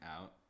out